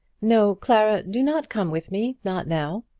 no, clara, do not come with me not now,